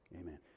Amen